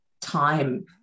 time